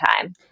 time